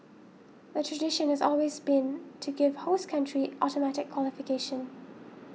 the tradition has always been to give host country automatic qualification